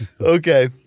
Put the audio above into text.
Okay